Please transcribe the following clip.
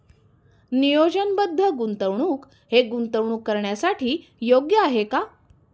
नियोजनबद्ध गुंतवणूक हे गुंतवणूक करण्यासाठी योग्य आहे का?